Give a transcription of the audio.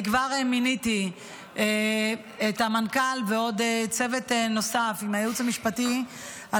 אני כבר מיניתי את המנכ"ל וצוות נוסף עם הייעוץ המשפטי על